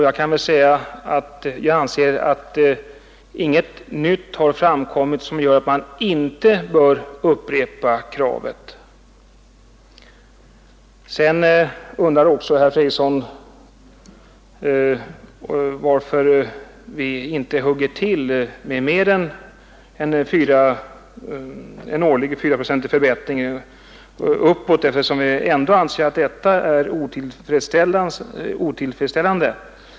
Jag vill också säga att jag inte kan se att något nytt har framkommit som gör att vi inte bör upprepa vårt krav. Herr Fredriksson undrade sedan varför vi inte hugger till med mer än en årlig fyraprocentig förbättring, när vi nu inte anser att den förbättringen är tillfredsställande.